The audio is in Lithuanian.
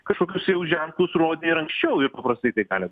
kažkokius jau ženklus rodė ir anksčiau ir paprastai tai gali